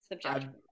subject